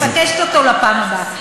אני מבקשת אותן לפעם הבאה.